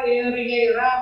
ir yra